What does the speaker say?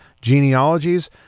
Genealogies